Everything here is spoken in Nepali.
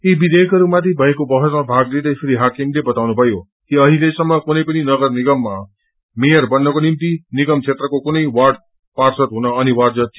यी विधेयकहरूमाथि भएको बहसमा भाग लिंदै श्री हकीमले बताउनुभयो कि अहिलेसम्म कुनै पनि नगर निगम क्षेत्रको मेयर बन्नको निम्ति निगम क्षेत्रको कुनै वाड पाप्रद हुन अनिवार्य थियो